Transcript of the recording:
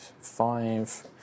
Five